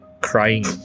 crying